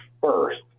first